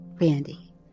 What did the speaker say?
Randy